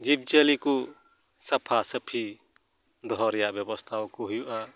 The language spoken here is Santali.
ᱡᱤᱵᱽ ᱡᱤᱭᱟᱹᱞᱤ ᱠᱚ ᱥᱟᱯᱷᱟ ᱥᱟᱯᱷᱤ ᱫᱚᱦᱚ ᱨᱮᱭᱟ ᱵᱮᱵᱚᱥᱛᱷᱟᱣᱟᱠᱚ ᱦᱩᱭᱩᱜᱼᱟ